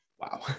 Wow